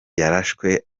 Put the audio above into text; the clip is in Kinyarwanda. yarashwe